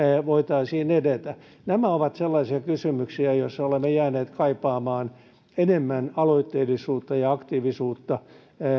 voitaisiin edetä nämä ovat sellaisia kysymyksiä joissa olemme jääneet kaipaamaan enemmän aloitteellisuutta ja aktiivisuutta